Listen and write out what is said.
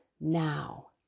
now